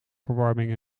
verwarming